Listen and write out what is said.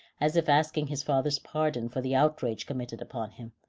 as if asking his father's pardon for the outrage committed upon him.